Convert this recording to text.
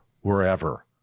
wherever